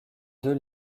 deux